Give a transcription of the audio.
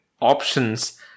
options